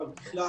אבל בכלל,